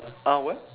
uh what